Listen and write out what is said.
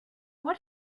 what